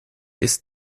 ist